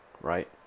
right